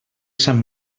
sant